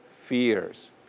fears